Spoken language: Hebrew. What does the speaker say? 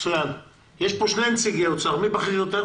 נמצאים כאן